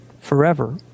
forever